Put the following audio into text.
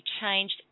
Changed